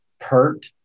pert